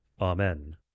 Amen